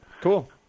Cool